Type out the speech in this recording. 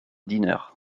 diner